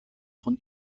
von